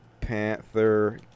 panther